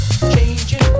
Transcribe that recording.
Changing